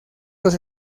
los